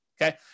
okay